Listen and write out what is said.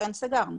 לכן סגרנו,